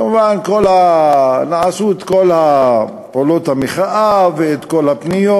כמובן שנעשו כל פעולות המחאה וכל הפניות.